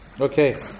Okay